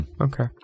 Okay